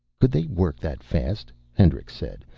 could they work that fast? hendricks said.